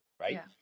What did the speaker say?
right